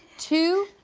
two,